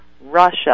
Russia